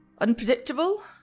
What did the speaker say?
unpredictable